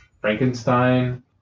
Frankenstein